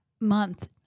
month